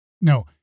No